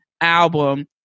album